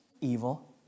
evil